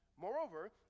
Moreover